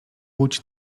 łódź